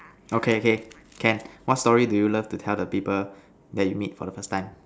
okay okay can what story do you love to tell the people that you meet for the first time